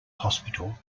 hospital